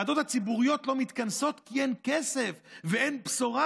הוועדות הציבוריות לא מתכנסות כין אין כסף ואין בשורה.